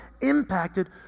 impacted